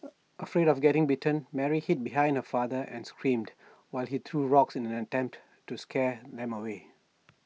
afraid of getting bitten Mary hid behind her father and screamed while he threw rocks in an attempt to scare them away